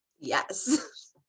Yes